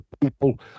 people